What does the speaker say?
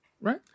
right